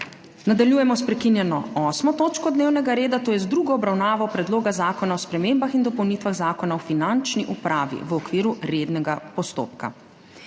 Nadaljujemo sprekinjeno 8. točko dnevnega reda, to je z drugo obravnavo Predloga zakona o spremembah in dopolnitvah Zakona o finančni upravi, v okviru rednega postopka.